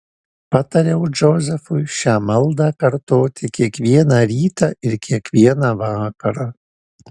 patariau džozefui šią maldą kartoti kiekvieną rytą ir kiekvieną vakarą